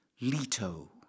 Leto